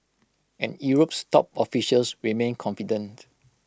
and Europe's top officials remain confident